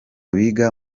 biga